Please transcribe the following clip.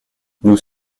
nous